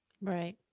Right